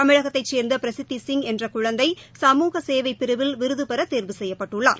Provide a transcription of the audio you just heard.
தமிழகத்தைச்சேர்ந்த பிரசித்தி சிங் என்ற குழந்தை சமூகசேவைப் பிரிவில் விருது பெற தேர்வு செய்யப்பட்டுள்ளார்